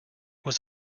was